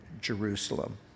Jerusalem